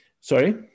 Sorry